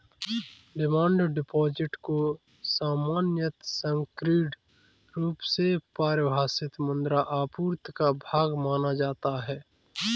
demand deposit को सामान्यतः संकीर्ण रुप से परिभाषित मुद्रा आपूर्ति का भाग माना जाता है